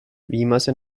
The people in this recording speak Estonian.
viimase